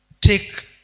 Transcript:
take